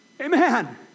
Amen